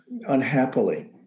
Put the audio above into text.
unhappily